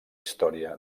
història